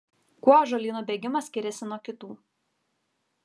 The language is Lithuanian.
kuo ąžuolyno bėgimas skiriasi nuo kitų